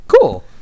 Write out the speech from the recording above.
cool